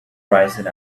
rising